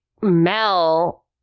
Mel